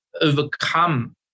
overcome